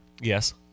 yes